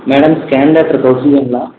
madam scan doctor ரோஷ்னிங்களா